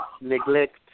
neglect